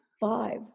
Five